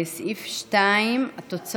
של קבוצת סיעת יהדות התורה,